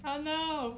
oh no